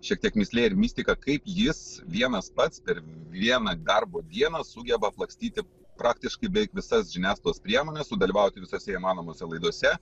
šiek tiek mįslė ir mistika kaip jis vienas pats per vieną darbo dieną sugeba aplakstyti praktiškai beveik visas žiniasklaidos priemones sudalyvauti visose įmanomose laidose